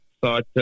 thought